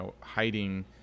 hiding